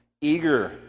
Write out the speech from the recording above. eager